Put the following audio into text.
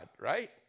right